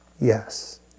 Yes